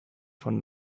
von